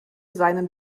seinen